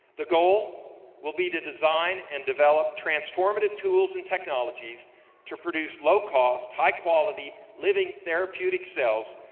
the goal will be to design and develop transformative tools and technologies to produce low cost high quality living therapeutic cells.